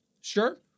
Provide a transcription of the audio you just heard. Sure